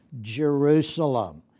Jerusalem